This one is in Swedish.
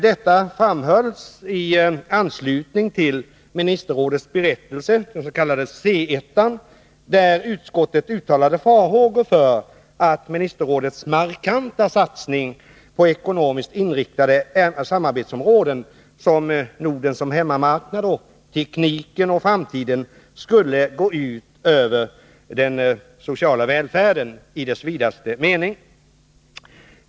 Detta framhölls i anslutning till ministerrådets berättelse C 1, där utskottet uttalade farhågor att ministerrådets markanta satsning på ekonomiskt inriktade samarbetsområden som ”Norden som hemmamarknad” och ”Tekniken och framtiden” skulle gå ut över den sociala välfärden i vidaste mening.